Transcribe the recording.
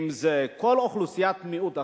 אם כל אוכלוסיית מיעוט אחרת,